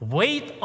wait